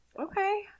Okay